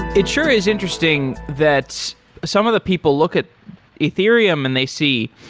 it sure is interesting that some of the people look at ethereum and they see